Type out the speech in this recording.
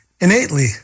innately